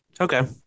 okay